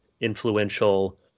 influential